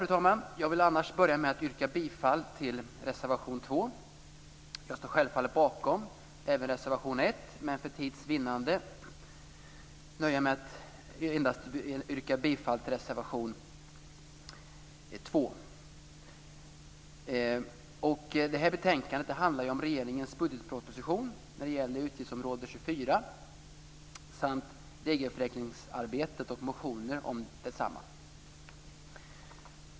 Jag vill annars börja med att yrka bifall till reservation 2. Jag står självfallet bakom även reservation 1, men för tids vinnande nöjer jag mig med att yrka bifall till reservation 2. Det här betänkandet handlar om regeringens budgetproposition, utgiftsområde 24, samt regelförenklingsarbetet och motioner om detsamma.